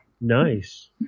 Nice